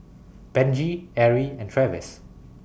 Benji Erie and Travis